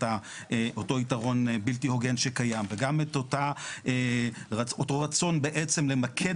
אותו יתרון בלתי הוגן שקיים וגם את אותו רצון בעצם למקד